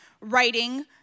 writing